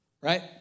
right